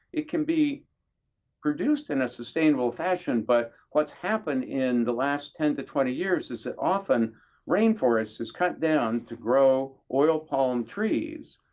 it can be produced in a sustainable fashion, but what's happened in the last ten to twenty years is that often rain forest is cut down to grow oil palm trees,